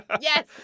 yes